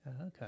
Okay